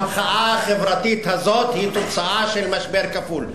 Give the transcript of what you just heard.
המחאה החברתית הזאת היא תוצאה של משבר כפול,